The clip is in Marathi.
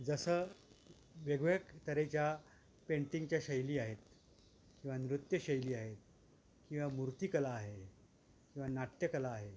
जसं वेगवेग तऱ्हेच्या पेंटिंगच्या शैली आहेत किंवा नृत्यशैली आहेत किंवा मूर्तिकला आहे किंवा नाट्यकला आहे